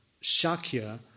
Shakya